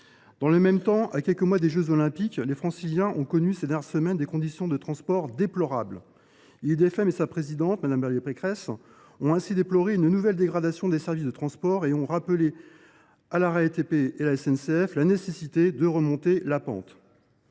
Dans le même temps, à quelques mois des jeux Olympiques, les Franciliens ont connu ces dernières semaines des conditions de transport déplorables. IDFM et sa présidente, Mme Valérie Pécresse, ont ainsi déploré une « nouvelle dégradation des services de transport » et ont rappelé à la RATP et à la SNCF la « nécessité de remonter la pente